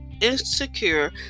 insecure